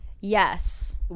Yes